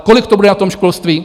Kolik to bude na školství?